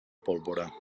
pólvora